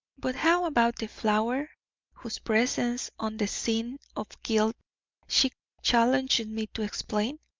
but how about the flower whose presence on the scene of guilt she challenges me to explain?